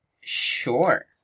sure